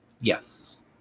Yes